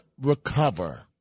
recover